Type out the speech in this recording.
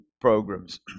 programs